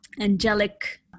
angelic